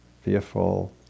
fearful